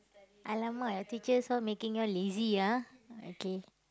!alamak! your teachers all making you all lazy ah okay